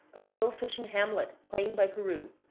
a little fishing hamlet claimed by peru,